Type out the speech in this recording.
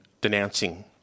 denouncing